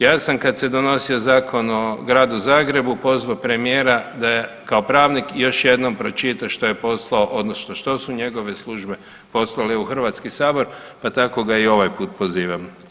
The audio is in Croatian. Ja sam kada se donosio Zakon o gradu Zagrebu pozvao premijera da kao pravnik još jednom pročita što je poslao, odnosno što su njegove službe poslale u Hrvatski sabor, pa tako ga i ovaj puta pozivam.